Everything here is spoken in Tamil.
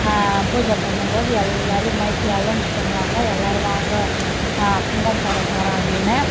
பூஜை பண்ணும்போது எல்லாரையும் மைக்கில் அலோன்ஸ் பண்ணுவாங்க எல்லாரும் வாங்க கும்பம் போட போகிறோம் அப்படின்னு